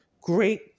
great